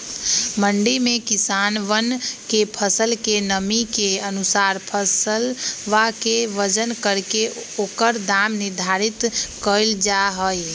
मंडी में किसनवन के फसल के नमी के अनुसार फसलवा के वजन करके ओकर दाम निर्धारित कइल जाहई